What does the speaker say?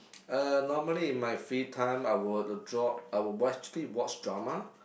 uh normally in my free time I would dr~ would probably watch drama